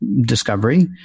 Discovery